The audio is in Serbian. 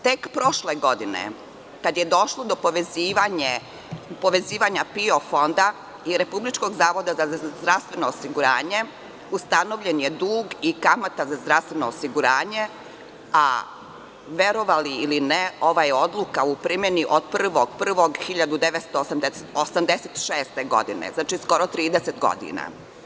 Tek prošle godine, kada je došlo do povezivanja PIO fonda i Republičkog zavoda za zdravstveno osiguranje, ustanovljen je dug i kamata za zdravstveno osiguranje, a verovali ili ne, ova je odluka u primeni od 01.01.1986. godine, znači skoro 30 godina.